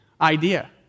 idea